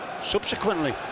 subsequently